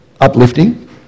uplifting